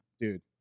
Dude